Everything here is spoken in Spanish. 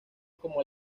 como